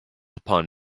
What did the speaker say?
upon